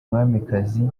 umwamikazi